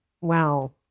Wow